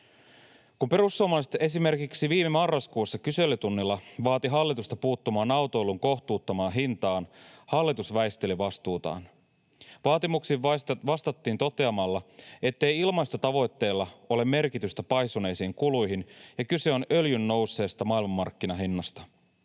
Kun perussuomalaiset esimerkiksi viime marraskuussa kyselytunnilla vaativat hallitusta puuttumaan autoilun kohtuuttomaan hintaan, hallitus väisteli vastuutaan. Vaatimuksiin vastattiin toteamalla, ettei ilmastotavoitteilla ole merkitystä paisuneisiin kuluihin ja kyse on öljyn nousseesta maailmanmarkkinahinnasta.